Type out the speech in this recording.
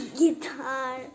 guitar